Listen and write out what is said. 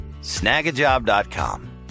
snagajob.com